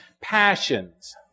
passions